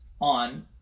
on